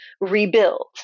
rebuild